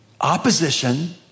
opposition